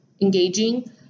engaging